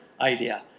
idea